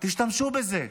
תשתמשו בזה.